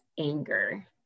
anger